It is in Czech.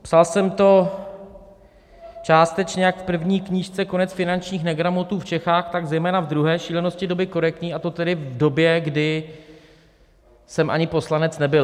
Psal jsem to částečně jak v první knížce Konec finančních negramotů v Čechách, tak zejména v druhé, Šílenosti doby korektní, a to tedy v době, kdy jsem ani poslanec nebyl.